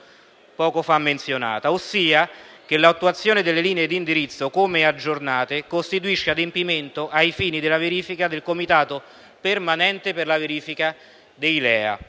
n. 134 del 2015, ossia che l'attuazione delle linee d'indirizzo, come aggiornate, costituisce adempimento ai fini della verifica del Comitato permanente per la verifica dei LEA,